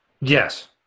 Yes